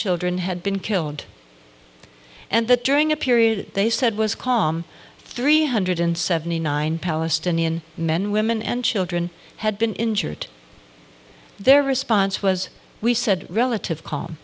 children had been killed and that during a period they said was caught three hundred seventy nine palestinian men women and children had been injured their response was we said relative c